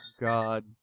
God